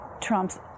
trumps